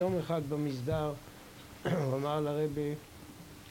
יום אחד במסדר אמר לרבי